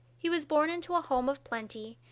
he was born into a home of plenty,